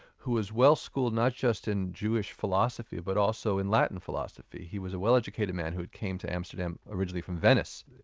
who was well-schooled not just in jewish philosophy but also in latin philosophy. he was a well-educated man who came to amsterdam originally from venice.